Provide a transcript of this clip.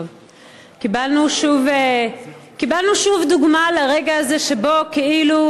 קיבלנו שוב דוגמה לרגע הזה שבו כאילו,